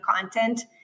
content